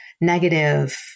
negative